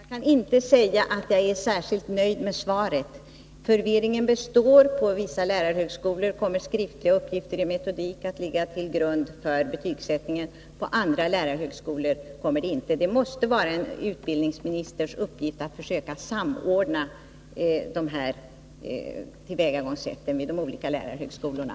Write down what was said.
Herr talman! Jag kan inte säga att jag är särskilt nöjd med svaret. Förvirringen består. På vissa lärarhögskolor kommer skriftliga uppgifter i metodik att ligga till grund för betygsättningen, på andra lärarhögskolor kommer inte det att vara fallet. Det måste vara en utbildningsministers uppgift att försöka samordna tillvägagångssätten vid de olika lärarhögskolorna.